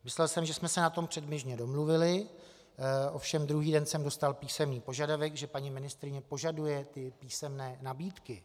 Myslel jsem, že jsme se na tom předběžně domluvili, ovšem druhý den jsem dostal písemný požadavek, že paní ministryně požaduje písemné nabídky.